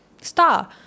star